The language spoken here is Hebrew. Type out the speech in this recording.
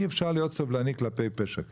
אי אפשר להיות סובלני כלפי פשע כזה.